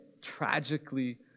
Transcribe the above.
tragically